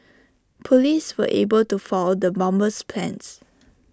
Police were able to foil the bomber's plans